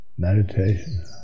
Meditation